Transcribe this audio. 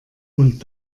und